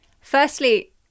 Firstly